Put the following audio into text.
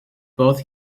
both